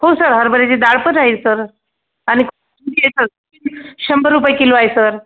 हो सर हरभऱ्याची डाळ पण आहे सर आणि शंभर रुपये किलो आहे सर